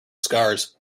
scars